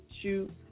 shoot